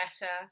better